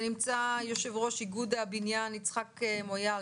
יושב-ראש איגוד הבניין יצחק מויאל,